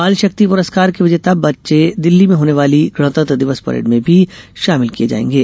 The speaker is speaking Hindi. बाल शक्ति पुरस्कार के विजेता बच्चे दिल्ली में होने वाली गणतंत्र दिवस परेड में भी शामिल किये जायेंगे